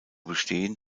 bestehen